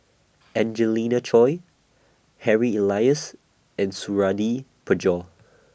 Angelina Choy Harry Elias and Suradi Parjo